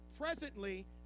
presently